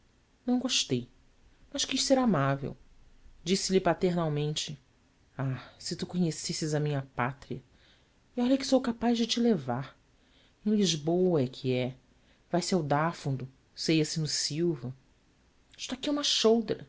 não gostei mas quis ser amável disse-lhe paternalmente ah se tu conhecesses a minha pátria e olha que sou capaz de te levar em lisboa é que é vai-se ao dafundo ceia se no silva isto aqui é uma choldra